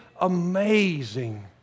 amazing